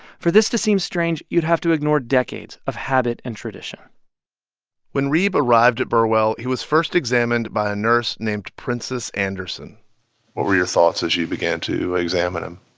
for this to seem strange, you'd have to ignore decades of habit and tradition when reeb arrived at burwell, he was first examined by a nurse named princess anderson what were your thoughts as you began to examine him?